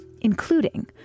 including